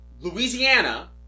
Louisiana